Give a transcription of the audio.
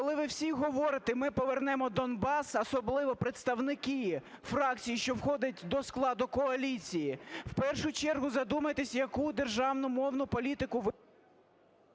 Коли ви всі говорите "ми повернемо Донбас", особливо представники фракції, що входять до складу коаліції, в першу чергу задумайтесь, яку державну мовну політику ви...